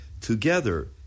Together